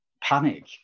panic